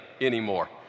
anymore